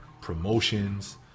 promotions